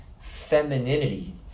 femininity